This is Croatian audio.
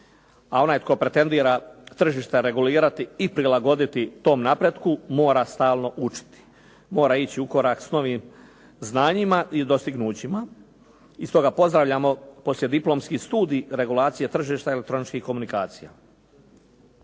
a onaj tko pretendira tržište regulirati i prilagoditi tom napretku mora stalno učiti, mora ići u korak s novim znanjima i dostignućima. I stoga pozdravljamo poslijediplomski studij regulacije tržišta elektroničkih komunikacija.